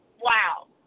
Wow